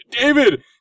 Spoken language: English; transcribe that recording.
David